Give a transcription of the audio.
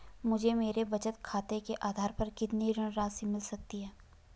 मुझे मेरे बचत खाते के आधार पर कितनी ऋण राशि मिल सकती है?